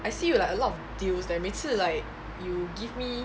I see you like a lot of deals leh 每次 like you give me